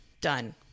done